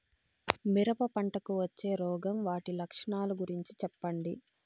మిరప పంటకు వచ్చే రోగం వాటి లక్షణాలు గురించి చెప్పండి?